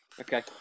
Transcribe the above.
Okay